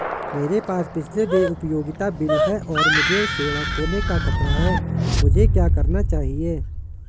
मेरे पास पिछले देय उपयोगिता बिल हैं और मुझे सेवा खोने का खतरा है मुझे क्या करना चाहिए?